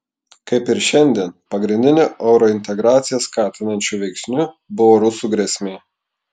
kaip ir šiandien pagrindiniu eurointegraciją skatinančiu veiksniu buvo rusų grėsmė